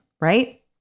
right